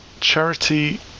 charity